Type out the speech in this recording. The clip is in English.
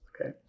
okay